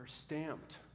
stamped